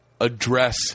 address